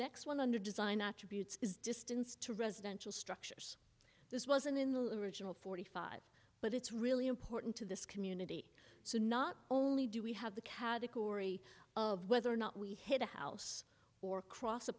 next one hundred design attributes is distance to residential structures this wasn't in the original forty five but it's really important to this community so not only do we have the category of whether or not we hit a house or cross